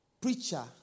preacher